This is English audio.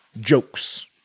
jokes